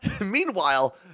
Meanwhile